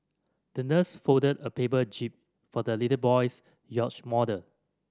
the nurse folded a paper jib for the little boy's yacht model